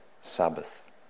sabbath